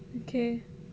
okay